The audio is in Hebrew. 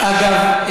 אגב,